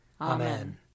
Amen